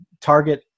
target